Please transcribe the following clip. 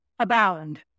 abound